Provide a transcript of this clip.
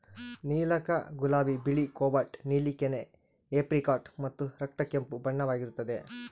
ನೀಲಕ ಗುಲಾಬಿ ಬಿಳಿ ಕೋಬಾಲ್ಟ್ ನೀಲಿ ಕೆನೆ ಏಪ್ರಿಕಾಟ್ ಮತ್ತು ರಕ್ತ ಕೆಂಪು ಬಣ್ಣವಾಗಿರುತ್ತದೆ